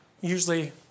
usually